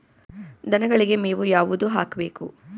ದನಗಳಿಗೆ ಮೇವು ಯಾವುದು ಹಾಕ್ಬೇಕು?